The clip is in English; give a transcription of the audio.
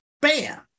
bam